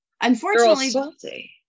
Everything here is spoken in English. Unfortunately